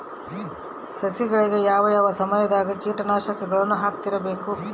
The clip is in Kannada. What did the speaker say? ಸಸಿಗಳಿಗೆ ಯಾವ ಯಾವ ಸಮಯದಾಗ ಕೇಟನಾಶಕಗಳನ್ನು ಹಾಕ್ತಿರಬೇಕು?